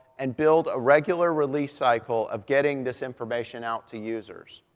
and build a regular release cycle of getting this information out to users.